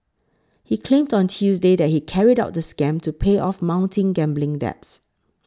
he claimed on Tuesday that he carried out the scam to pay off mounting gambling debts